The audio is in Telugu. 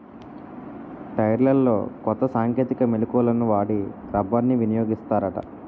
టైర్లలో కొత్త సాంకేతిక మెలకువలను వాడి రబ్బర్ని వినియోగిస్తారట